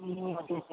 ए हजुर हजुर